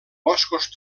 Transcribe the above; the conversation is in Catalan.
boscos